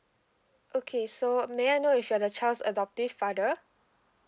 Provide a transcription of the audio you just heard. okay so may I know if you are the child's adoptive father